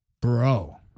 bro